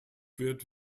wird